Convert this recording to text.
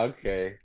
Okay